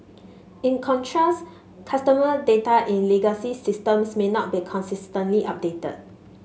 in contrast customer data in legacy systems may not be consistently updated